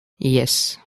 yes